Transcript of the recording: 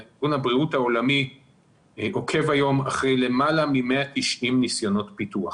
וארגון הבריאות העולמי עוקב היום אחרי למעלה מ-190 ניסיונות פיתוח